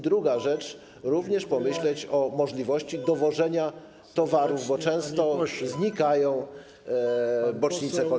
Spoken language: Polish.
Druga rzecz - warto również pomyśleć o możliwości dowożenia towarów, bo często znikają bocznice kolejowe.